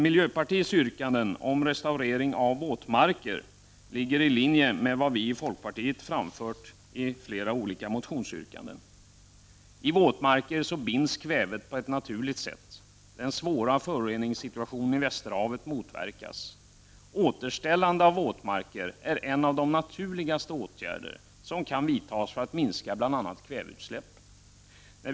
Miljöpartiets yrkanden om en restaurering av våtmarker ligger i linje med flera av våra motionsyrkanden. I våtmarker binds ju kvävet på ett naturligt sätt. Den svåra föroreningssituationen i Västerhavet lindras. Återställandet av våtmarker är en av de naturligaste åtgärder som kan vidtas för att minska bl.a. kväveutsläppen.